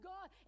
God